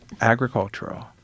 agricultural